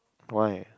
why